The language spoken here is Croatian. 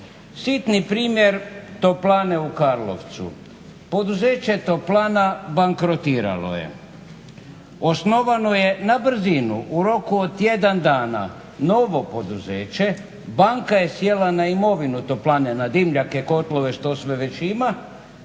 Sitni primjer Toplane u Karlovcu. Poduzeće Toplana bankrotiralo je. Osnovano je na brzinu u roku od tjedan dana novo poduzeće, banka je sjela na imovinu Toplane na dimnjake, kotlove što sve već ima